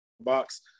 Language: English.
box